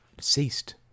ceased